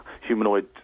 humanoid